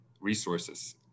resources